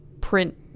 print